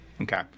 Okay